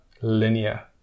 linear